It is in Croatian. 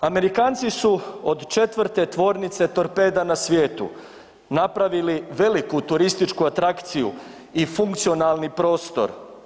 Amerikanci su od 4. tvornice torpeda na svijetu napravili veliku turističku atrakciju i funkcionalan prostor.